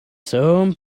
some